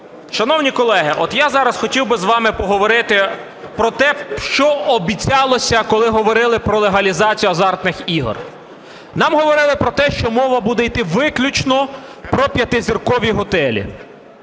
Шановні колеги, от я зараз хотів би з вами поговорити про те, що обіцялося, коли говорили про легалізацію азартних ігор. Нам говорили про те, що мова буде йти виключно про п'ятизіркові готелі.